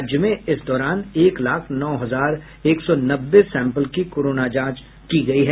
राज्य में इस दौरान एक लाख नौ हजार एक सौ नब्बे सैंपल की कोरोना जांच की गई है